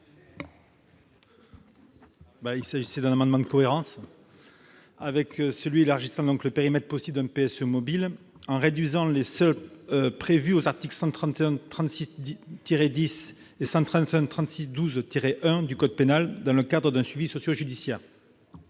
Il s'agit d'un amendement de cohérence avec celui qui tendait à élargir le périmètre possible d'un PSE mobile. Il vise à réduire les seuils prévus aux articles 131-36-10 et 131-36-12-1 du code pénal dans le cadre du suivi socio-judiciaire.